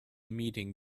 meeting